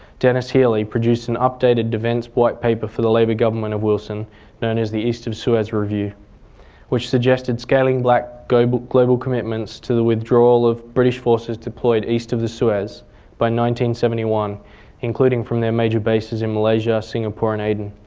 dennis healy, produced an updated defence white paper for the labour government of wilson known as the east of suez review which suggested scaling back global global commitments to the withdrawal of british forces deployed east of the suez by one including from their major bases in malaysia, singapore and aden.